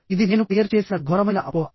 ఇది నేను క్లియర్ చేసిన ఘోరమైన అపోహ